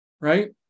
right